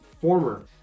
former